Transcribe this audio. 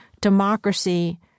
democracy